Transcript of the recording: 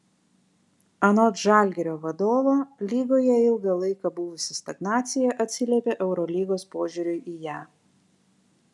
anot žalgirio vadovo lygoje ilgą laiką buvusi stagnacija atsiliepė eurolygos požiūriui į ją